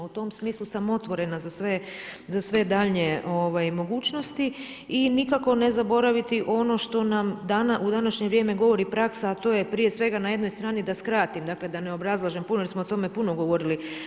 U tom smislu sam otvorena za sve daljnje mogućnosti i nikako ne zaboraviti ono što nam u današnje vrijeme govori praksa, a to je prije svega na jednoj strani da skratim, dakle da ne obrazlažem puno, jer smo o tome puno govorili.